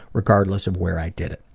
regardless of where i did it.